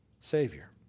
Savior